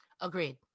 Agreed